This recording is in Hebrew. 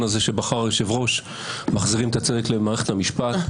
הזה שבחר היושב-ראש: "מחזירים את הצדק למערכת המשפט".